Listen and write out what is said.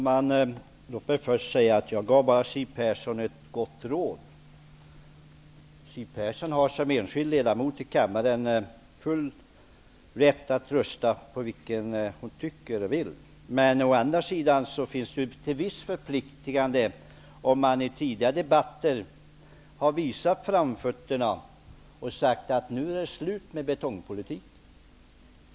Herr talman! Jag gav bara Siw Persson ett gott råd. Siw Persson har som enskild ledamot i kammaren full rätt att rösta som hon vill. Men å andra sidan finns en viss förpliktelse om man i tidigare debatter visat framfötterna och sagt att det nu är slut med betongpolitiken.